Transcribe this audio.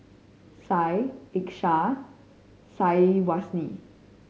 Syah Ishak and Syazwani